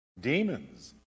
demons